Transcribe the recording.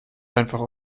einfach